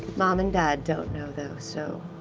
mom and dad don't know, though, so,